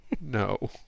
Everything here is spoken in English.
No